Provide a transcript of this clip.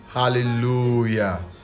Hallelujah